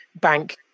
bank